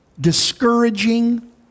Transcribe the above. discouraging